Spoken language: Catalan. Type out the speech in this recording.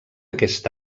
aquest